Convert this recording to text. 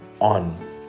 on